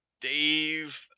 dave